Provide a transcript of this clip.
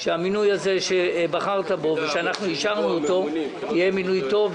שהמינוי הזה שבחרת בו ואנחנו אישרנו יהיה מינוי טוב,